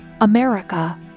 America